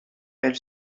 elle